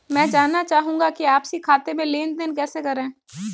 मैं जानना चाहूँगा कि आपसी खाते में लेनदेन कैसे करें?